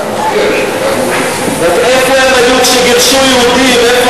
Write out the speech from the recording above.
רק איפה הם היו כשגירשו יהודים?